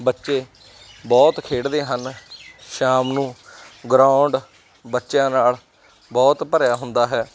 ਬੱਚੇ ਬਹੁਤ ਖੇਡਦੇ ਹਨ ਸ਼ਾਮ ਨੂੰ ਗਰਾਉਂਡ ਬੱਚਿਆਂ ਨਾਲ ਬਹੁਤ ਭਰਿਆ ਹੁੰਦਾ ਹੈ